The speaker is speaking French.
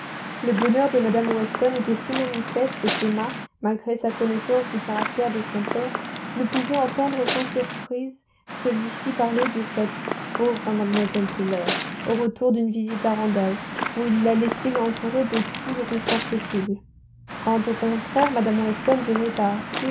le bonheur de mme weston était si manifeste qu'emma malgré sa connaissance du caractère de son père ne pouvait entendre sans surprise celui-ci parler de cette pauvre mlle taylor au retour d'une visite à randalls où ils la laissaient entourée de tout le confort possible quand au contraire mme weston venait à